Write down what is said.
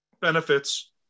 benefits